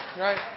Right